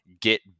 get